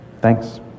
thanks